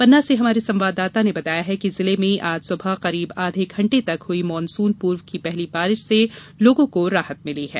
पन्ना से हमारे संवाददाता ने बताया है कि जिले में आज सुबह करीब आधे घंटे तक हुई मानसून पूर्व की पहली बारिश से लोगों को राहत मिली है